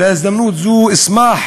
בהזדמנות זו אשמח